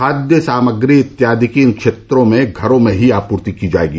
खाद्य सामग्री इत्यादि की इन क्षेत्रों में घरों में ही आपूर्ति की जायेगी